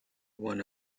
one